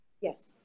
Yes